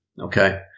okay